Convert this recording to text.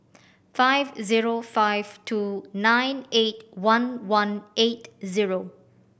five zero five two nine eight one one eight zero